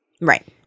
Right